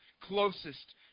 Closest